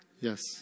Yes